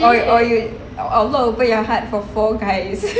or you or you allah open your heart for four guys